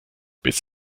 bis